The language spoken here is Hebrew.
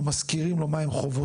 אנחנו מזכירים לו מה הן חובותיו,